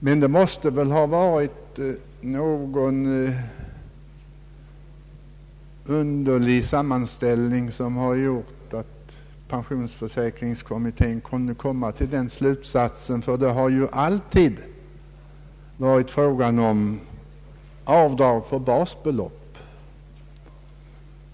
Men det måste ha varit någon underlig sammanställning som gjort att pensionsförsäkringskommittén kunde komma till den slutsats som skett, ty det har ju alltid varit fråga om avdrag för basbelopp.